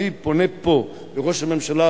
אני פונה פה לראש הממשלה,